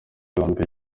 yombi